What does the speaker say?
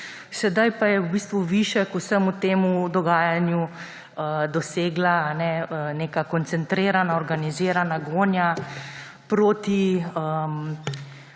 Sedaj pa je v bistvu višek vsega tega dogajanja dosegla neka koncentrirana organizirana gonja proti